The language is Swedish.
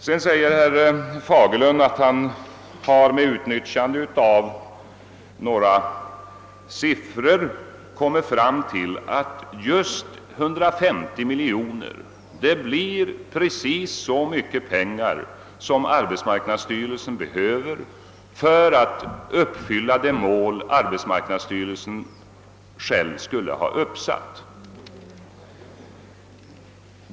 Herr Fagerlund sade vidare att han med utnyttjande av några siffror kommit fram till att arbetsmarknadsstyrelsen behöver exakt 150 miljoner kronor för att uppnå de mål den själv uppsatt.